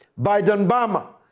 Biden-Bama